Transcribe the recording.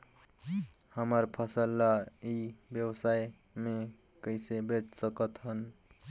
हमर फसल ल ई व्यवसाय मे कइसे बेच सकत हन?